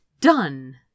done